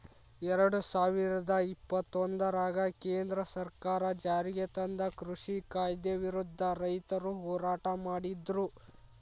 ಎರಡುಸಾವಿರದ ಇಪ್ಪತ್ತೊಂದರಾಗ ಕೇಂದ್ರ ಸರ್ಕಾರ ಜಾರಿಗೆತಂದ ಕೃಷಿ ಕಾಯ್ದೆ ವಿರುದ್ಧ ರೈತರು ಹೋರಾಟ ಮಾಡಿದ್ರು